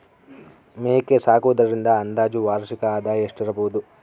ಮೇಕೆ ಸಾಕುವುದರಿಂದ ಅಂದಾಜು ವಾರ್ಷಿಕ ಆದಾಯ ಎಷ್ಟಿರಬಹುದು?